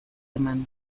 eman